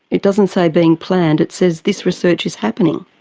it doesn't say being planned, it says this research is happening.